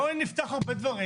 בוא נפתח דברים